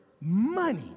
money